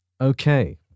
Okay